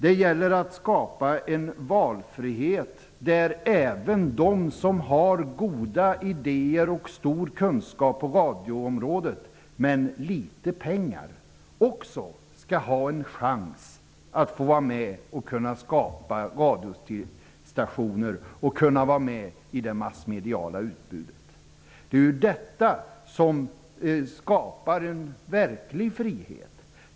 Det gäller att skapa en valfrihet där även de som har goda idéer och stor kunskap på radioområdet men litet med pengar skall ha en chans att skapa radiostationer och bidra till det massmediala utbudet. Det är ju detta som skapar en verklig frihet.